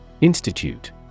Institute